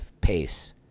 pace